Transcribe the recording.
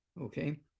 Okay